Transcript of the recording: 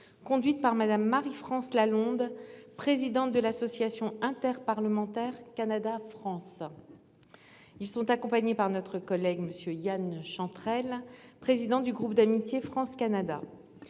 conduite par Madame Marie-France Lalonde, présidente de l'Association interparlementaire Canada-France. Ils sont accompagnés par notre collègue Monsieur Yan Chantrel. Président du groupe d'amitié France-Canada.